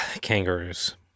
kangaroos